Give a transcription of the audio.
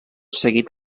seguit